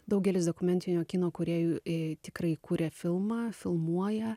daugelis dokumentinio kino kūrėjų ir tikrai kūrė filmą filmuoja